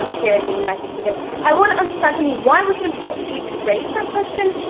um here in the united kingdom. i want to understand from you, why was it important for you to raise that question?